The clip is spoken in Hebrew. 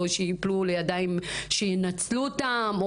או שייפלו לידיים שינצלו אותן?